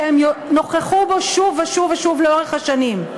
שהם נוכחו בו שוב ושוב ושוב לאורך השנים.